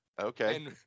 Okay